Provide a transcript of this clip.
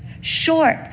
short